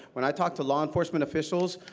when i talk to law enforcement officials,